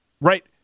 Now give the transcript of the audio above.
right